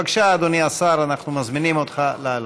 בבקשה, אדוני השר, אנחנו מזמינים אותך לעלות.